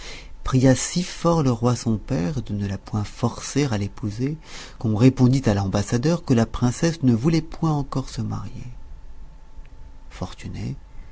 pria si fort le roi son père de ne la point forcer à l'épouser qu'on répondit à l'ambassadeur que la princesse ne voulait point encore se marier fortuné